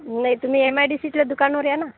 नाही तुम्ही M I D सीतल्या दुकानावर या ना